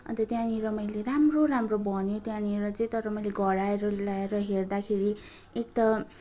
अन्त त्यहाँनेर मैले राम्रो राम्रो भन्यो त्यहाँनेर चाहिँ तर मैले घर आएर लगाएर हेर्दाखेरि एक त